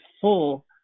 full